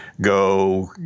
go